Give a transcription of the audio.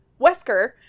Wesker